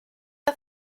her